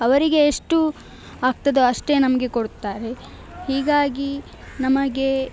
ಅವರಿಗೆ ಎಷ್ಟು ಆಗ್ತದೋ ಅಷ್ಟೇ ನಮಗೆ ಕೊಡುತ್ತಾರೆ ಹೀಗಾಗಿ ನಮಗೆ